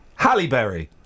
Halleberry